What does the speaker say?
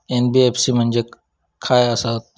NBFC म्हणजे खाय आसत?